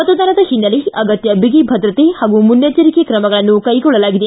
ಮತದಾನದ ಹಿನ್ನೆಲೆ ಆಗತ್ಯ ಬಿಗಿ ಭದ್ರತೆ ಹಾಗೂ ಮುನ್ನೆಚ್ಚರಿಕಾ ಕ್ರಮಗಳನ್ನು ಕೈಗೊಳ್ಳಲಾಗಿದೆ